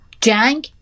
jang